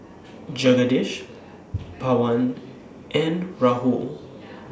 Jagadish Pawan and Rahul